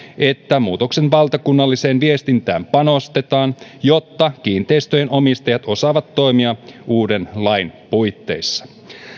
että muutoksen valtakunnalliseen viestintään panostetaan jotta kiinteistöjen omistajat osaavat toimia uuden lain puitteissa